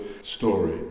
story